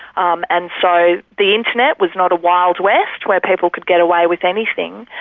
um and so the internet was not a wild west, where people could get away with anything,